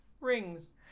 rings